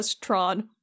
Tron